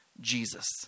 Jesus